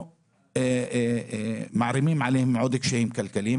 אנחנו מערימים עליהם עוד קשיים כלכליים,